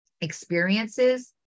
experiences